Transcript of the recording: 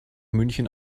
münchen